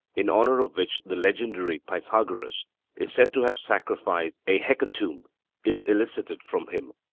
in honour of which the legendary pythagoras is said to have sacrificed a hecatomb is elicited from him.